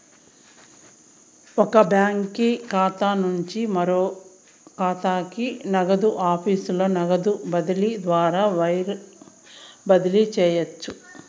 ఒక బాంకీ ఖాతా నుంచి మరో కాతాకి, నగదు ఆఫీసుల నగదు బదిలీ ద్వారా వైర్ బదిలీ చేయవచ్చు